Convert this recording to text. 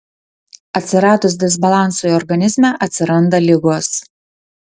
atsiradus disbalansui organizme atsiranda ligos